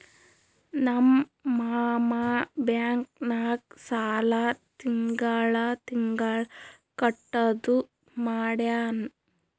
ನಮ್ ಮಾಮಾ ಬ್ಯಾಂಕ್ ನಾಗ್ ಸಾಲ ತಿಂಗಳಾ ತಿಂಗಳಾ ಕಟ್ಟದು ಮಾಡ್ಯಾನ್